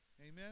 amen